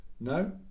No